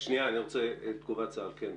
אני רוצה את תגובת צה"ל.